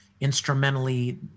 instrumentally